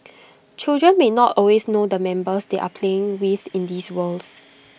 children may not always know the members they are playing with in these worlds